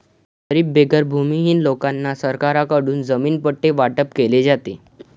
गरीब बेघर भूमिहीन लोकांना सरकारकडून जमीन पट्टे वाटप केले जाते